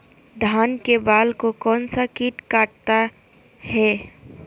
धान के बाल को कौन सा किट काटता है?